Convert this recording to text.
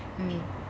mm